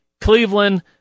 Cleveland